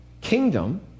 kingdom